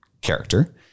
character